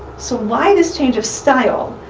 so why this change of style?